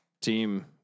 team